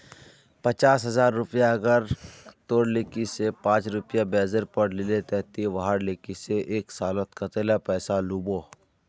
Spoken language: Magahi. पचास हजार रुपया कोई अगर तोर लिकी से पाँच रुपया ब्याजेर पोर लीले ते ती वहार लिकी से एक सालोत कतेला पैसा लुबो?